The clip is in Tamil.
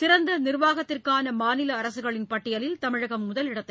சிறந்த நிர்வாகத்திற்கான மாநில அரசுகளின் பட்டியலில் தமிழகம் முதலிடத்தை